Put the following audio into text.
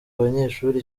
banyeshuri